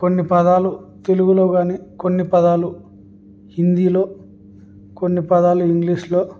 కొన్ని పదాలు తెలుగులో గాని కొన్ని పదాలు హిందీలో కొన్ని పదాలు ఇంగ్లీష్లో